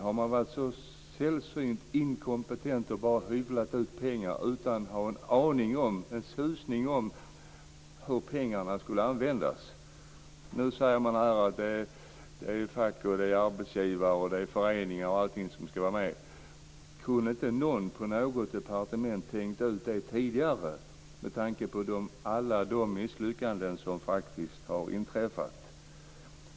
Har man varit så sällsynt inkompetent att man bara har skyfflat ut pengar utan att ha en susning om hur pengarna skulle användas? Nu sägs det här att fack, arbetsgivare, föreningar och allting ska vara med. Kunde inte någon på något departement ha tänkt ut det tidigare, med tanke på alla de misslyckanden som faktiskt har inträffat?